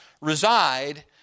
reside